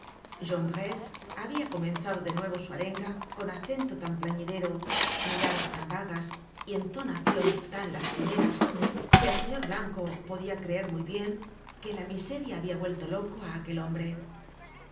jondrette habia comenzado de nuevo su arenga con acento tan plañidero miradas tan vagas y entonacion tan lastimera que el señor blanco podia creer muy bien que la miseria habia vuelto loco á aquel hombre